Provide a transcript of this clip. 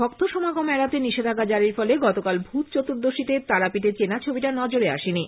ভক্ত সমাগম এড়াতে নিষেধাজ্ঞা জারির ফলে গতকাল ভুত চতুর্দশীতে তারাপিঠে চেনা ছবিটা নজরে আসেনি